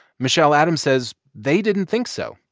michelle adams says they didn't think so,